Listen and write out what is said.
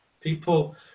people